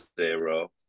zero